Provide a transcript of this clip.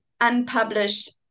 unpublished